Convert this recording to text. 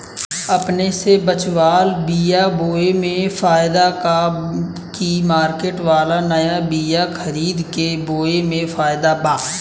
अपने से बचवाल बीया बोये मे फायदा बा की मार्केट वाला नया बीया खरीद के बोये मे फायदा बा?